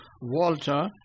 Walter